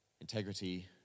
integrity